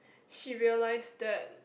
she realised that